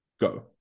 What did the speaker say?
go